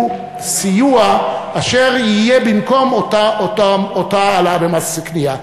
סיוע אשר יהיה במקום אותה העלאה במס קנייה.